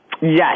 yes